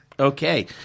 Okay